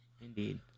indeed